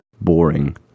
boring